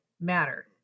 matter